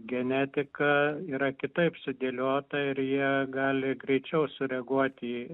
genetika yra kitaip sudėliota ir jie gali greičiau sureaguoti į